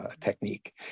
technique